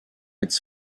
its